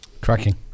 Cracking